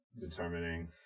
determining